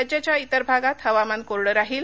राज्याच्या विर भागात हवामान कोरडं राहील